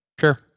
Sure